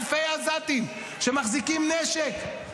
אלפי עזתים שמחזיקים נשק.